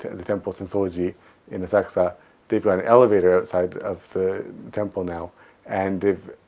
the temple sensoji in asakusa, they've got an elevator outside of the temple now and they've